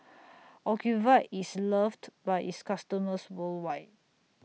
Ocuvite IS loved By its customers worldwide